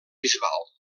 bisbal